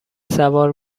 سوار